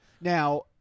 Now